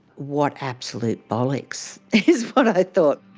what absolute bollocks! is what i thought.